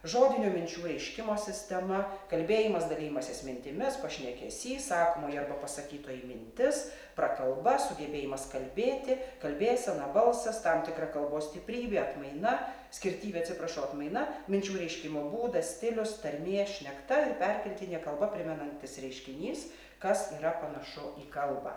žodinio minčių reiškimo sistema kalbėjimas dalijimasis mintimis pašnekesys sakomoji arba pasakytoji mintis prakalba sugebėjimas kalbėti kalbėsena balsas tam tikra kalbos stiprybė atmaina skirtybė atsiprašau atmaina minčių reiškimo būdas stilius tarmė šnekta ir perkeltinė kalba primenantis reiškinys kas yra panašu į kalbą